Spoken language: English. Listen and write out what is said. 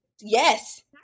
yes